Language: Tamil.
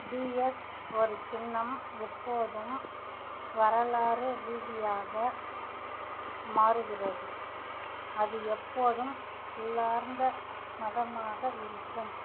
டிஎஸ் ஒரு சின்னம் எப்போதும் வரலாறு ரீதியாக மாறுகிறது அது எப்போதும் உள்ளார்ந்த மதமாக இருக்கும்